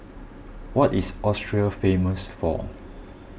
what is Austria famous for